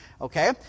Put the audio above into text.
okay